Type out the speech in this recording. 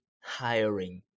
hiring